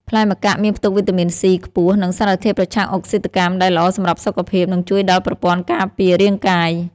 ផ្លែម្កាក់មានផ្ទុកវីតាមីន C ខ្ពស់ និងសារធាតុប្រឆាំងអុកស៊ីតកម្ម ដែលល្អសម្រាប់សុខភាព និងជួយដល់ប្រព័ន្ធការពាររាងកាយ។